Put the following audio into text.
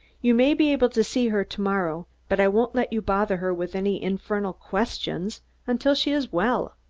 you may be able to see her to-morrow, but i won't let you bother her with any infernal questions until she is well.